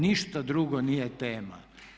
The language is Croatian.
Ništa drugo nije tema.